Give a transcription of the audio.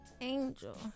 angel